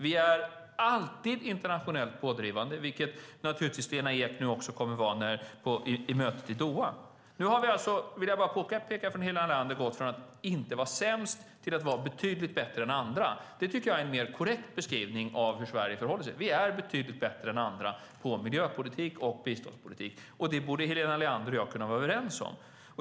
Vi är alltid internationellt pådrivande, vilket naturligtvis Lena Ek nu också kommer att vara på mötet i Doha. Jag vill bara påpeka för Helena Leander att vi nu har gått från att inte vara sämst till att vara betydligt bättre än andra. Det tycker jag är en mer korrekt beskrivning av hur Sverige förhåller sig. Vi är betydligt bättre än andra på miljöpolitik och biståndspolitik. Det borde Helena Leander och jag kunna vara överens om.